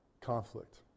conflict